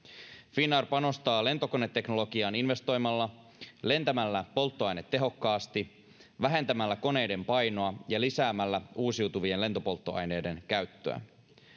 finnair panostaa lentokoneteknologiaan investoimalla lentämällä polttoainetehokkaasti vähentämällä koneiden painoa ja lisäämällä uusiutuvien lentopolttoaineiden käyttöä